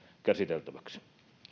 käsiteltäväksi